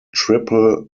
triple